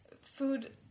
food